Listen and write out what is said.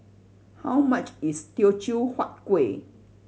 how much is Teochew Huat Kueh